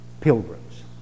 pilgrims